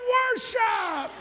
worship